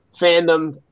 fandom